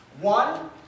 One